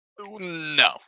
No